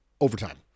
overtime